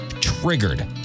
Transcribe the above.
triggered